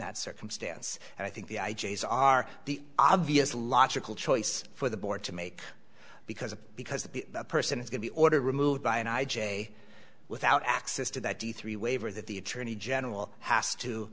that circumstance and i think the i j s are the obvious logical choice for the board to make because because the person is going to order removed by an i j without access to that d three waiver that the attorney general has to